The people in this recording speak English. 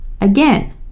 again